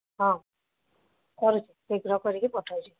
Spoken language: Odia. ହଁ କରୁଛି ଶୀଘ୍ର କରି ପଠାଉଛି